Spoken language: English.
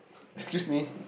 excuse me